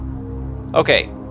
Okay